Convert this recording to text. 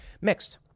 mixed